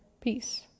Peace